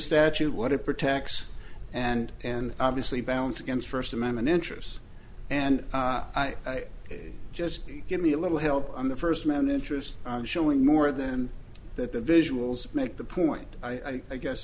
statute what it protects and and obviously balance against first amendment interests and i just give me a little help on the first man interest in showing more than that the visuals make the point i guess